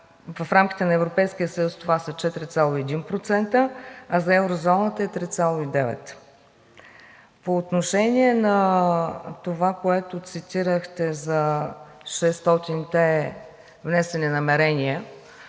Европейския съюз това са 4,1%, а за еврозоната е 3,9%. По отношение на това, което цитирахте за 600-те внесени намерения,